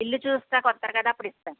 ఇల్లు చూస్తాకొత్తారు కదా అప్పుడు ఇస్తాను